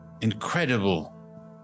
incredible